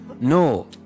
no